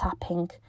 Tapping